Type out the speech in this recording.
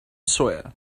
sawyer